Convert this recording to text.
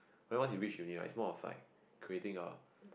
cause when you reach uni right its more like creating a